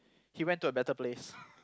he went to a better place